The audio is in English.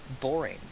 boring